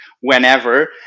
whenever